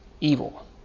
evil